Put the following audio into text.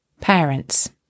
parents